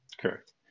Correct